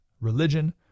religion